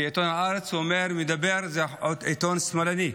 כי עיתון הארץ הוא עיתון שמאלני,